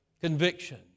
Conviction